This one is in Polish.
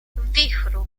wichru